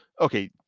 okay